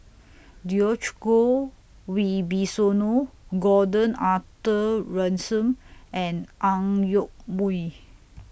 Djoko Wibisono Gordon Arthur Ransome and Ang Yoke Mooi